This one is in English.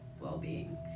well-being